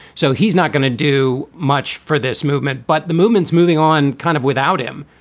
so he's not going to do much for this movement, but the movement is moving on kind of without him.